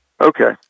Okay